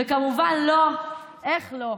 וכמובן, איך לא,